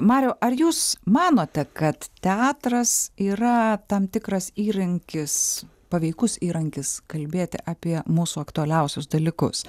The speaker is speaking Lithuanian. mariau ar jūs manote kad teatras yra tam tikras įrankis paveikus įrankis kalbėti apie mūsų aktualiausius dalykus